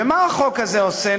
ומה החוק הזה עושה?